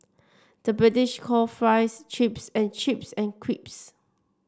the British call fries chips and chips